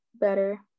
better